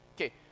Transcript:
Okay